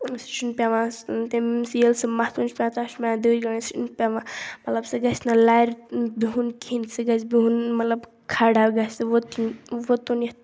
سُہ چھُنہٕ پیٚوان تٔمِس ییٚلہِ سُہ مَتُھن چھُ تَتھ چھُ پیٚوان دٔج گَنٛڈٕنۍ سُہ چھُنہٕ پیٚوان مطلب سُہ گَژھِنہٕ لَرِ بِہُن کِہیٖنٛۍ سُہ گَژھِ بِہُن مطلب کھڑا گَژھِ سُہ ووتٕنۍ ووتُن یَتھ